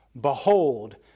Behold